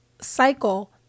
cycle